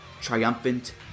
triumphant